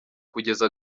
kugeza